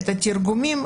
את התרגומים,